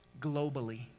globally